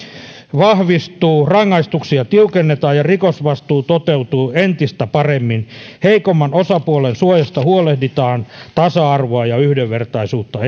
vahvistuu rangaistuksia tiukennetaan ja rikosvastuu toteutuu entistä paremmin heikomman osapuolen suojasta huolehditaan tasa arvoa ja yhdenvertaisuutta